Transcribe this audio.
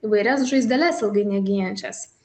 įvairias žaizdeles ilgai negyjančias